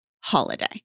holiday